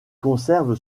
conserve